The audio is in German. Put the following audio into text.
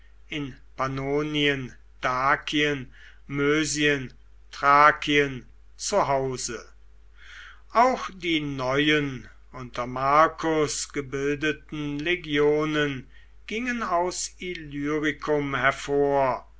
in pannonien dakien mösien thrakien zu hause auch die neuen unter marcus gebildeten legionen gingen aus illyricum hervor